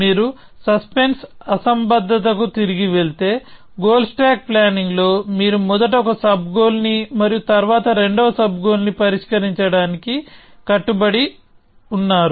మీరు సస్పెన్స్ అసంబద్ధతకు తిరిగి వెళ్తే గోల్ స్టాక్ ప్లానింగ్ లో మీరు మొదట ఒక సబ్ గోల్ ని మరియు తరువాత రెండవ సబ్ గోల్ ని పరిష్కరించడానికి కట్టుబడి ఉన్నారు